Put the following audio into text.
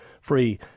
free